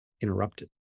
interrupted